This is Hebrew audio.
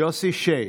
יוסי שיין.